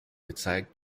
gezeigt